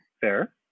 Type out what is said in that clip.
fair